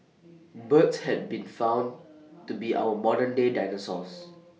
birds had been found to be our modern day dinosaurs